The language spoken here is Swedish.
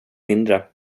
mindre